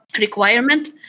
requirement